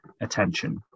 attention